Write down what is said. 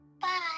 Bye